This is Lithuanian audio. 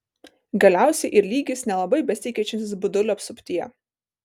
galiausiai ir lygis nelabai besikeičiantis budulių apsuptyje